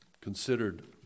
considered